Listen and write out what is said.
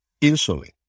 insulin